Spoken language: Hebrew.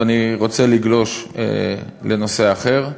ואני רוצה לגלוש לנושא אחר,